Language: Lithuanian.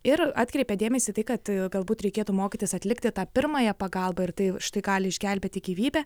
ir atkreipė dėmesį į tai kad galbūt reikėtų mokytis atlikti tą pirmąją pagalbą ir tai gali išgelbėti gyvybę